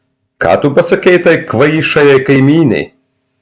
ką tu pasakei tai kvaišajai kaimynei